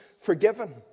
forgiven